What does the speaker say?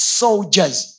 soldiers